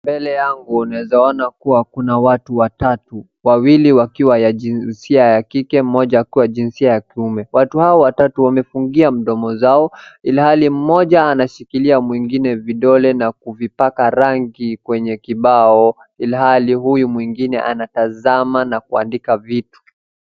Mbele yangu nawezaona kuwa kuna watu watatu, wawili wakiwa wa jinsia ya kike, moja akiwa jinsia ya kiume. Watu hao watu wamefungia mdomo zao inhali moja anashikia wengine vindole n kuvipaka rangi kwenye kibao, inhali huyu mwingine anatazama na kwandika vitu.